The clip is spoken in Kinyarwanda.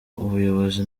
ubuyobozi